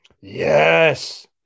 Yes